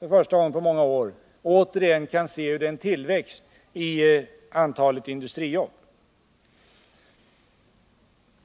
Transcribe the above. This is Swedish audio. för första gången på många år återigen kan se en tillväxt i antalet industrijobb.